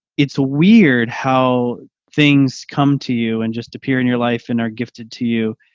it's weird how things come to you and just appear in your life and are gifted to you.